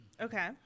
Okay